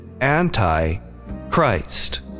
anti-Christ